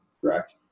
correct